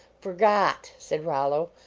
forgot, said rollo,